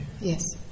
Yes